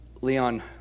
Leon